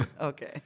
Okay